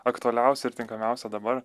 aktualiausia ir tinkamiausia dabar